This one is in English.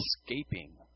escaping